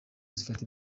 zifata